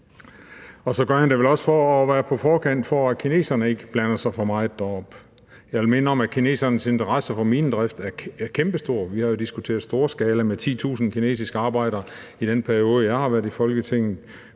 Så gør han det vel også for at være på forkant, så kineserne ikke blander sig for meget deroppe. Jeg vil minde om, at kinesernes interesse for minedrift er kæmpestor. Vi har jo diskuteret storskala med 10.000 kinesiske arbejdere i den periode, jeg har været i Folketinget.